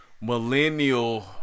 millennial